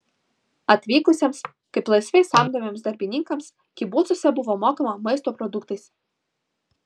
atvykusiems kaip laisvai samdomiems darbininkams kibucuose buvo mokama maisto produktais